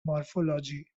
morphology